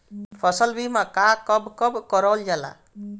फसल बीमा का कब कब करव जाला?